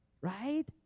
right